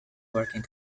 working